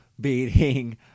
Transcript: beating